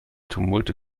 tumulte